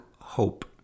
hope